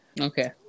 Okay